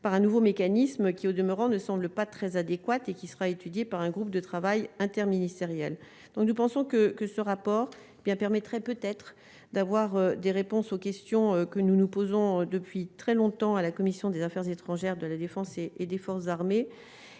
par un nouveau mécanisme. Qui au demeurant ne semble pas très adéquate et qui sera étudié par un groupe de travail interministériel, donc nous pensons que, que ce rapport bien permettrait peut-être d'avoir des réponses aux questions que nous nous posons depuis très longtemps à la commission des Affaires étrangères de la Défense et et des forces armées